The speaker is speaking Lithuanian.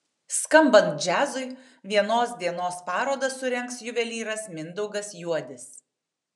skambant džiazui vienos dienos parodą surengs juvelyras mindaugas juodis